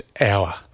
hour